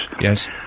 Yes